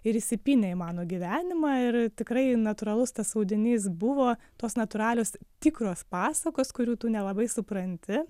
ir įsipynė į mano gyvenimą ir tikrai natūralus tas audinys buvo tos natūralios tikros pasakos kurių tu nelabai supranti